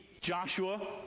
Joshua